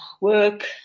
work